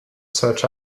such